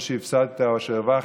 אז או שהפסדת או שהרווחת,